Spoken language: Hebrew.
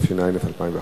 התשע"א 2011,